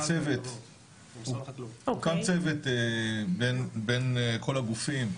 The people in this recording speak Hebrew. הוקם צוות בין כל הגופים,